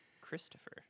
Christopher